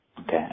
Okay